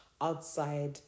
outside